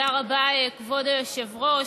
תודה רבה, כבוד היושב-ראש.